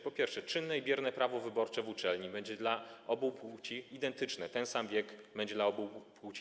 Po pierwsze, czynne i bierne prawo wyborcze w uczelni będzie dla obu płci identyczne, będzie ten sam wiek dla obu płci.